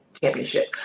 championship